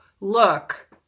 look